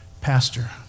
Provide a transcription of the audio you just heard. Pastor